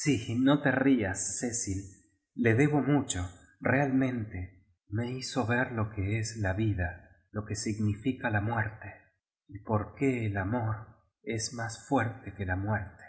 sí no te rías oecil te debo mucho realmente me hizo ver lo que es la vida lo que significo lo muerte y por qué el amor es más fuerte que la muerte